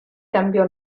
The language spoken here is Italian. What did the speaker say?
cambiò